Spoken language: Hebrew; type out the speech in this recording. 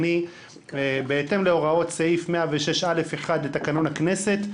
בהתאם להוראות סעיף 106(א)(1) לתקנון הכנסת,